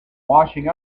washing